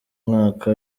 mwaka